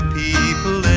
people